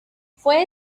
fue